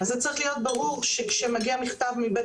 זה צריך להיות ברור שכשמגיע מכתב מבית